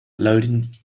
loading